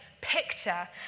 picture